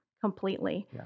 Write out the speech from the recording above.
completely